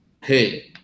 Hey